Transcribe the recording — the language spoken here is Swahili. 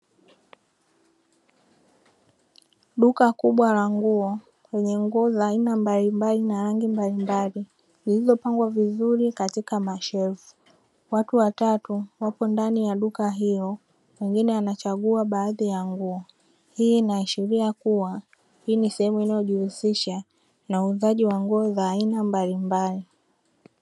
Duka kubwa la nguo kwenye nguo za aina mbalimbali na rangi mbalimbali zilizopangwa vizuri katika mashelfu. Watu watatu wapo ndani ya duka hilo pengine anachagua baadhi ya nguo. Hii inaashiria kuwa hii ni sehemu inayojihusisha na uuzaji wa nguvu za aina mbalimbali.